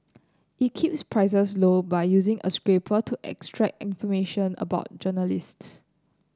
it keeps prices low by using a scraper to extract information about journalists